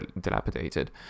dilapidated